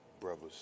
Brothers